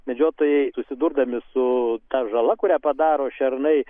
medžiotojai susidurdami su ta žala kurią padaro šernai